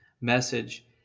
message